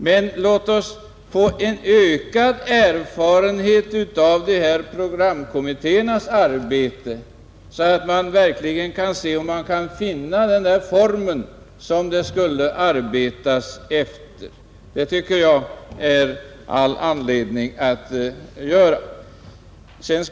Men låt oss få en ökad erfarenhet av programkommittéernas arbete, så att man verkligen kan se om man kan finna den form som det skall arbetas efter. Det tycker jag det är all anledning att göra.